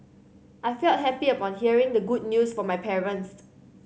I felt happy upon hearing the good news from my parents